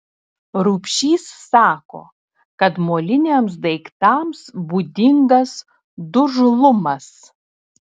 rubšys sako kad moliniams daiktams būdingas dužlumas